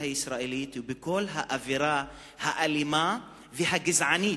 הישראלית ובכל האווירה האלימה והגזענית,